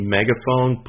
Megaphone